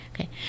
Okay